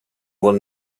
will